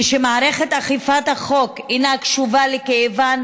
כשמערכת אכיפת החוק אינה קשובה לכאבן